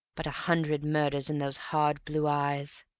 but a hundred murders in those hard blue eyes.